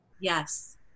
Yes